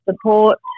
support